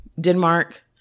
Denmark